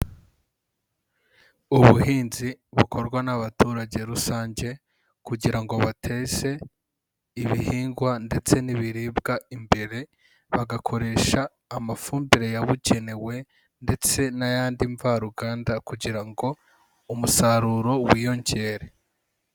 Ubuhinzi bukorwa n'abaturage rusange kugira ngo bateze ibihingwa ndetse n'ibiribwa imbere, bagakoresha amafumbire yabugenewe ndetse n'ayandi mvaruganda kugira ngo umusaruro wiyongere.